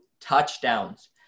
touchdowns